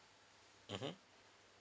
mmhmm